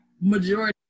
majority